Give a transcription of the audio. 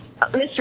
Mr